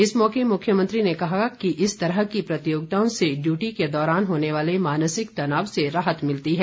इस मौके मुख्यमंत्री ने कहा कि इस तरह की प्रतियोगिताओं से ड्यूटी के दौरान होने वाले मानसिक तनाव से राहत मिलती है